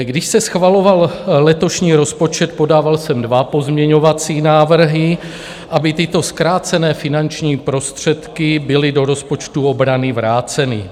Když se schvaloval letošní rozpočet, podával jsem dva pozměňovací návrhy, aby tyto zkrácené finanční prostředky byly do rozpočtu obrany vráceny.